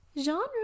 genre